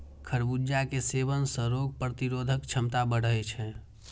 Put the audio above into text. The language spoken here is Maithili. खरबूजा के सेवन सं रोग प्रतिरोधक क्षमता बढ़ै छै